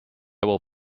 will